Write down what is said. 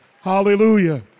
Hallelujah